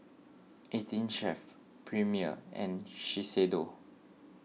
eighteen Chef Premier and Shiseido